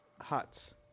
huts